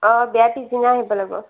অঁ বিয়াৰ পিছদিনা আহিব লাগিব